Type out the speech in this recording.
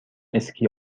اسکی